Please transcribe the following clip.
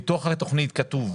בתוך התכנית כתוב,